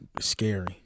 Scary